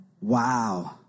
Wow